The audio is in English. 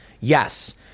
Yes